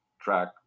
track